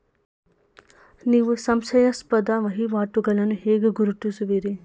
ನೀವು ಸಂಶಯಾಸ್ಪದ ವಹಿವಾಟುಗಳನ್ನು ಹೇಗೆ ಗುರುತಿಸುವಿರಿ?